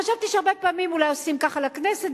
חשבתי שהרבה פעמים אולי עושים ככה לכנסת,